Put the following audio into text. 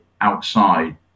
outside